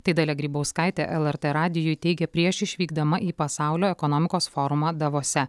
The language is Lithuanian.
tai dalia grybauskaitė lrt radijui teigė prieš išvykdama į pasaulio ekonomikos forumą davose